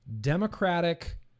Democratic